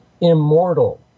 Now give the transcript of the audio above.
immortal